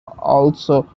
also